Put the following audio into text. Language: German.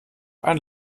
ein